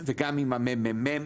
וגם עם המ.מ.מ.